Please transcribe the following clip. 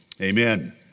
amen